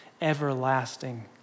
everlasting